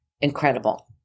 incredible